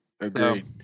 Agreed